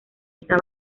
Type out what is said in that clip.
está